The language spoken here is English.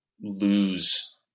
lose